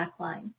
Blackline